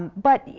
and but,